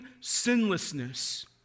sinlessness